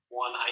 one